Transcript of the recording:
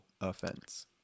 offense